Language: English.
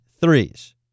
threes